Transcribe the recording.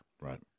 Right